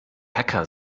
hacker